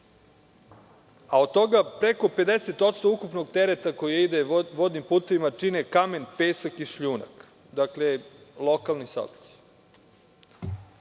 Od toga preko 50% ukupnog tereta koji ide vodnim putevima čine kamen, pesak i šljunak. Dakle, lokalni